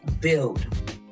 build